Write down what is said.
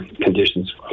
conditions